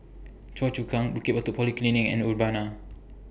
Choa Chu Kang Bukit Batok Polyclinic and Urbana